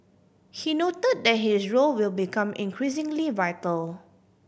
he noted that his role will become increasingly vital